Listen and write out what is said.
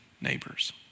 neighbors